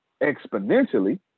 exponentially